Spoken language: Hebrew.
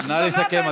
נא לסכם,